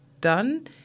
done